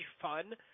fun